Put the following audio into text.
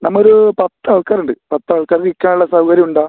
നമ്മൾ ഒരു പത്ത് ആൾക്കാരുണ്ട് പത്ത് ആൾക്കാർ നിൽക്കാനുള്ള സൗകര്യം ഉണ്ടോ